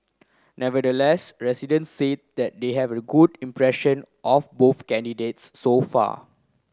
nevertheless residents see that they have good impression of both candidates so far